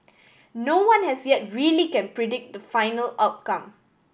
no one as yet really can predict the final outcome